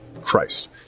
Christ